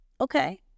Okay